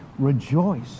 Rejoice